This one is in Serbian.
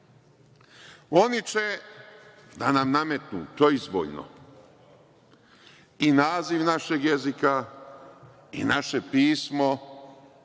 Oni će da nam nametnu proizvoljno i naziv našeg jezika i naše pismo